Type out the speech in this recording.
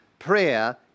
Prayer